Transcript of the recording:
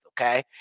okay